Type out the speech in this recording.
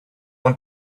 want